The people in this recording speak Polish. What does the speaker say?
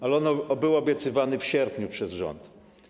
Ale on był obiecywany w sierpniu przez rząd.